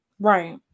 Right